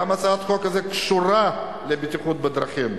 גם הצעת החוק הזאת קשורה לבטיחות בדרכים.